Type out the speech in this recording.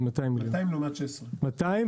200 מיליון לעומת 16 מיליון.